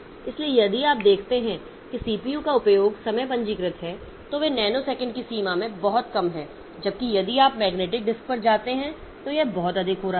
इसलिए यदि आप देखते हैं कि सीपीयू का उपयोग समय पंजीकृत है तो वे नैनोसेकंड की सीमा में बहुत कम हैं जबकि यदि आप मैग्नेटिक डिस्क पर जाते हैं तो यह बहुत अधिक हो रहा है